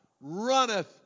runneth